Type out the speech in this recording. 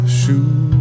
shoes